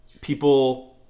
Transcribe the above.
people